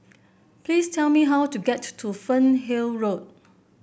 please tell me how to get to to Fernhill Road